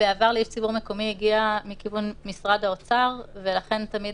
בעבר לאיש ציבור מקומי הגיעה מכיוון משרד האוצר ולכן תמיד